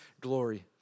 glory